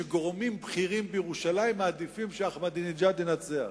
שגורמים בכירים בירושלים מעדיפים שאחמדינג'אד ינצח.